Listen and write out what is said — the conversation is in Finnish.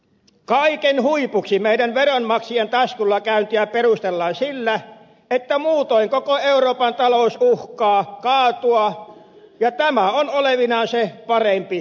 kaiken huipuksi meidän veronmaksajien taskulla käyntiä perustellaan sillä että muutoin koko euroopan talous uhkaa kaatua ja tämä on olevinaan se parempi vaihtoehto